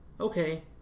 okay